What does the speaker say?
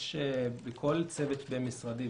בכל צוות בין משרדי,